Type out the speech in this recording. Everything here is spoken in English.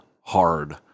hard